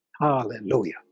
Hallelujah